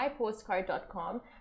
mypostcard.com